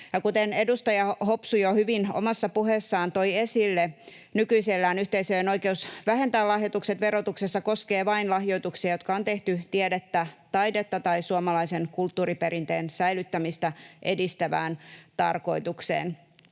Kuten edustaja Hopsu jo hyvin omassa puheessaan toi esille, nykyisellään yhteisöjen oikeus vähentää lahjoitukset verotuksessa koskee vain lahjoituksia, jotka on tehty tiedettä, taidetta tai suomalaisen kulttuuriperinteen säilyttämistä edistävään tarkoitukseen.